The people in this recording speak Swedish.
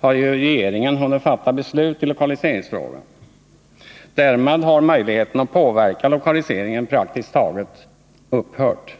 har ju regeringen hunnit fatta beslut i lokaliseringsfrågan. Därmed har möjligheterna att påverka lokaliseringen praktiskt taget upphört.